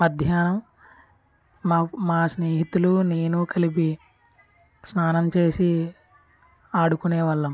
మధ్యాహ్నం మా మా స్నేహితులు నేను కలిపి స్నానం చేసి ఆడుకునేవాళ్లం